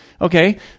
Okay